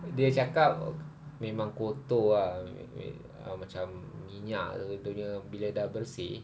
dia cakap memang kotor ah macam minyak itunya bila dah bersih